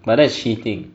but that's cheating